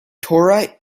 torah